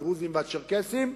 הדרוזים והצ'רקסים,